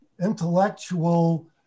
intellectual